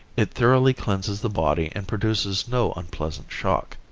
it thoroughly cleanses the body and produces no unpleasant shock.